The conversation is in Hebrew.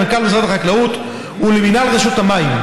למנכ"ל משרד החקלאות ולמינהל רשות המים,